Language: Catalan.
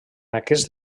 aquest